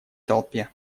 толпе